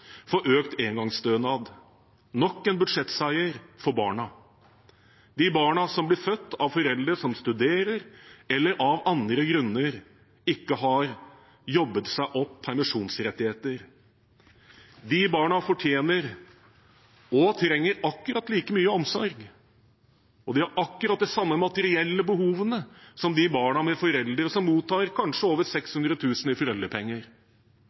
for økt engangsstønad. Dette er nok en budsjettseier for barna – de barna som blir født av foreldre som studerer, eller av andre grunner ikke har jobbet seg opp permisjonsrettigheter. De barna fortjener og trenger akkurat like mye omsorg, og de har akkurat de samme materielle behovene som de barna med foreldre som mottar kanskje over 600 000 i foreldrepenger.